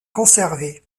conserver